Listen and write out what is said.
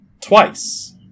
twice